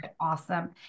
Awesome